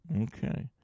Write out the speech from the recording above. Okay